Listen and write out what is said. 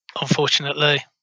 unfortunately